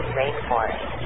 rainforest